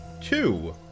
two